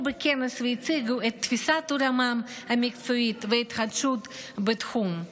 בכנס והציגו את תפיסת עולמם המקצועית ואת ההתחדשות בתחום.